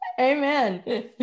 amen